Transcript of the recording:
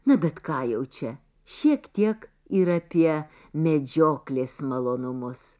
na bet ką jau čia šiek tiek ir apie medžioklės malonumus